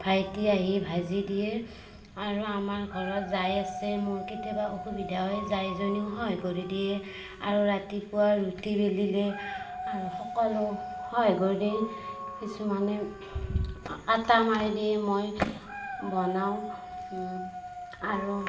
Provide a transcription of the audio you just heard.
ভাইটিয়ে আহি ভাজি দিয়ে আৰু আমাৰ ঘৰত জাই আছে মোৰ কেতিয়াবা অসুবিধা হয় জাইজনীও সহায় কৰি দিয়ে আৰু ৰাতিপুৱা ৰুটি বেলিলে সকলো সহায় কৰি দিয়ে কিছুমানে আটা মাৰি দিয়ে মই বনাওঁ আৰু